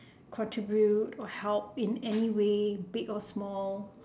contribute or help in anyway big or small